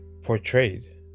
portrayed